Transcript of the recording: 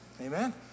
Amen